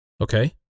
okay